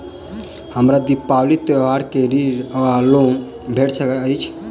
हमरा दिपावली त्योहारक लेल ऋण वा लोन भेट सकैत अछि?